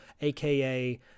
aka